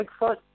Bigfoot